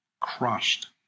crushed